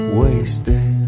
wasted